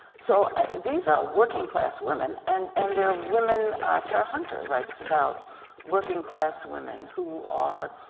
so these are working class women and and they're women tera hunter writes about working class women who are,